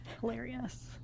Hilarious